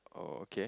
oh okay